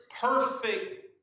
perfect